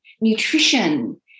nutrition